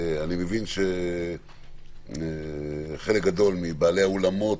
אני מבין שחלק גדול מבעלי האולמות,